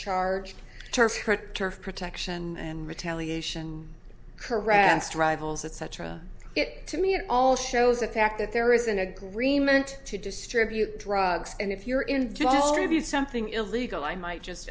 charged turf turf protection and retaliation caressed rivals etc it to me at all shows the fact that there is an agreement to distribute drugs and if you're into all of you something illegal i might just